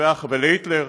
ולהיטלר.